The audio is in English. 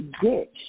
ditch